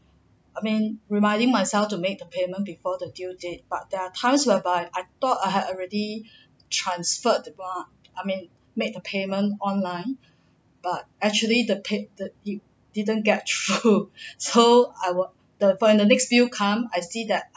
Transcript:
I mean reminding myself to make the payment before the due date but there are times whereby I thought I had already transferred the ba~ I mean made the payment online but actually the pay~ the you didn't get through so I will the when the next bill come I see that